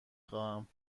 خواهم